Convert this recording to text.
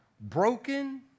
broken